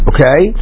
Okay